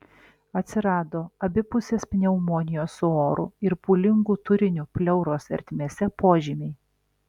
atsirado abipusės pneumonijos su oru ir pūlingu turiniu pleuros ertmėse požymiai